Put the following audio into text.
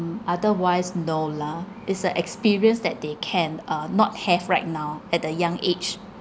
otherwise no lah it's a experience that they can uh not have right now at a young age